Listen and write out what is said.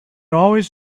always